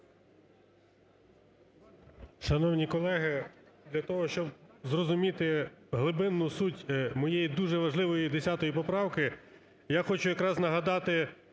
Дякую.